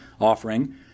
offering